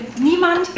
niemand